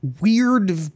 weird